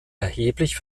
erheblich